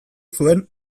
zuen